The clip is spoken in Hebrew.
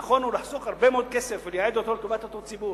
נכון לחסוך הרבה מאוד כסף ולייעד אותו לטובת אותו ציבור.